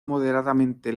moderadamente